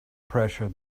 pressure